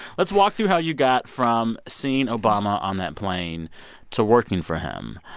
let's walk through how you got from seeing obama on that plane to working for him.